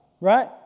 right